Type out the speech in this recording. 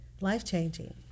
life-changing